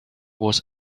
was